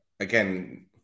Again